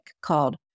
called